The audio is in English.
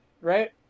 right